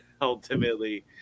ultimately